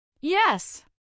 Yes